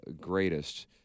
Greatest